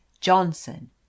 Johnson